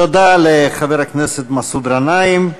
תודה לחבר הכנסת מסעוד גנאים.